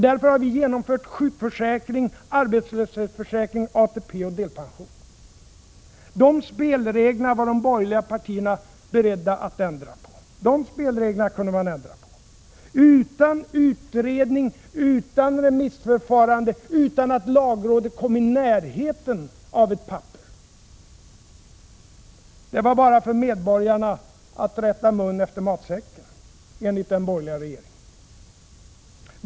Därför har vi genomfört sjukförsäkring, arbetslöshetsförsäkring, ATP och delpension. De spelreglerna var de borgerliga partierna beredda att ändra på, utan utredning, utan remissförfarande och utan att lagrådet kom i närheten av ett papper. Det var bara för medborgarna att rätta munnen efter matsäcken, enligt den borgerliga regeringen.